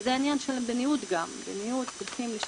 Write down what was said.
וזה גם עניין של מדיניות,